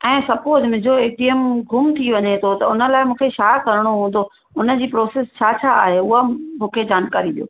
ऐं सपोस मुंहिंजो A T M गुम थी वञे थो त उन लाइ मूंखे छा करिणो हुंदो उनजी प्रोसेस छा छा आहे हूअ मूंखे जानकारी ॾियो